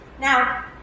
Now